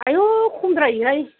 आयु खमद्रायो हाय